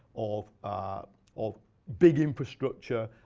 of ah of big infrastructure.